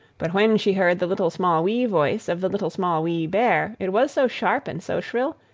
but when she heard the little, small, wee voice of the little, small, wee bear, it was so sharp, and so shrill,